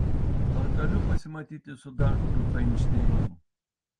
ar galiu pasimatyti su daktaru fainšteinu